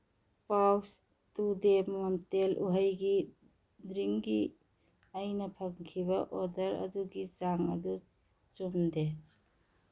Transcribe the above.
pouch ꯇꯨ ꯗꯦꯜ ꯃꯣꯟꯇꯦ ꯎꯍꯩꯒꯤ ꯗ꯭ꯔꯤꯡꯒꯤ ꯑꯩꯅ ꯐꯪꯈꯤꯕ ꯑꯣꯔꯗꯔ ꯑꯗꯨꯒꯤ ꯆꯥꯡ ꯑꯗꯨ ꯆꯨꯝꯗꯦ